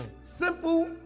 Simple